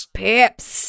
pips